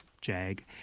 JAG